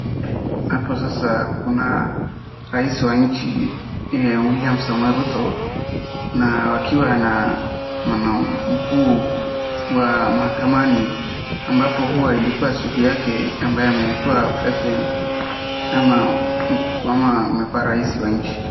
Hapo sasa kuna rais wa nchi, William Samoei Ruto, na wakiwa na mkuu wa mahakamani ambapo huwa ilikuwa siku yake ambaye amekua President ama amekua rais wa nchi.